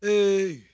Hey